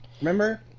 Remember